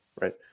right